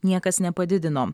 niekas nepadidino